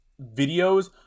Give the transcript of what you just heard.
videos